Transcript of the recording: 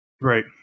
Right